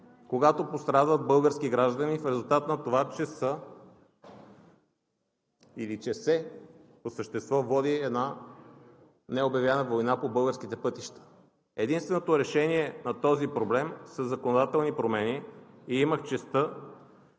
когато пострадват български граждани в резултат на това, че се води по същество една необявена война по българските пътища. Единственото решение на този проблем са законодателни промени и имах честта